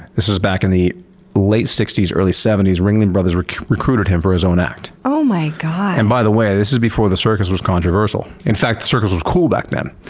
this was back in the late sixty s, early seventy s, ringling brothers recruited him for his own act. oh my god! and by the way, this was before the circus was controversial. in fact, the circus was cool back then.